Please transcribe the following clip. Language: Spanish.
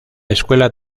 escuela